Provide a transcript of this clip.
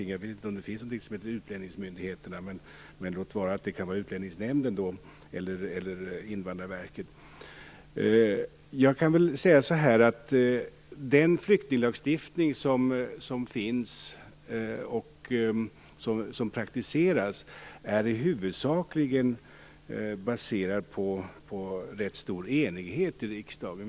Jag vet inte om det finns något som heter utlänningsmyndigheterna, men låt vara att det kan vara Utlänningsnämnden eller Den flyktinglagstiftning som finns och som praktiseras är i huvudsak baserad på rätt stor enighet i riksdagen.